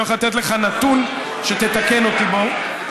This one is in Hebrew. אני הולך לתת לך נתון שתתקן אותי בו,